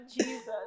Jesus